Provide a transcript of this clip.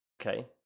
Okay